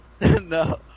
No